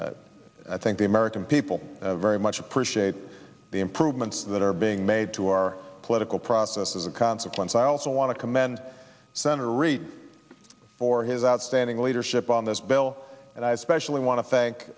and i think the american people very much appreciate the improvements that are being made to our political process as a consequence i also want to commend senator reid for his outstanding leadership on this bill and i especially wan